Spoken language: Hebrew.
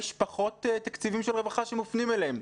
יש פחות תקציבים של רווחה שמופנים אליהם.